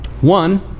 One